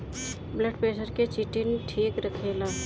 blood pressure के चिटिन ठीक रखेला